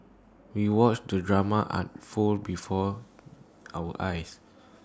we watched the drama unfold before our eyes